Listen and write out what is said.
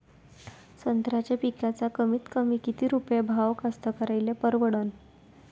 संत्र्याचा पिकाचा कमीतकमी किती रुपये भाव कास्तकाराइले परवडन?